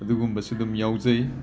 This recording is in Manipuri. ꯑꯗꯨꯒꯨꯝꯕꯁꯨ ꯑꯗꯨꯝ ꯌꯥꯎꯖꯩ